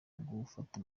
gufata